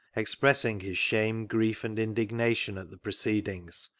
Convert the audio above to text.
expressing his shame, grief, and indignatiffli at the proceedings,